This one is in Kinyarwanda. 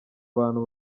bantu